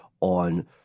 on